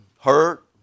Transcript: hurt